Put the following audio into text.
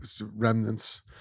remnants